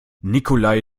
nikolai